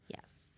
Yes